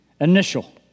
initial